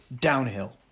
downhill